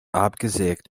abgesägte